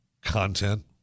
content